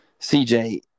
CJ